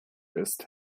ist